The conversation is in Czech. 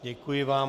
Děkuji vám.